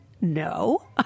No